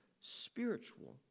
spiritual